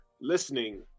listening